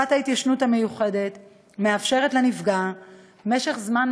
תקופת ההתיישנות המיוחדת מאפשרת לנפגע משך זמן